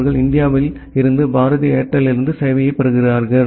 அவர்கள் இந்தியாவில் இருந்து பாரதி ஏர்டெல்லிலிருந்து சேவையைப் பெறுகிறார்கள்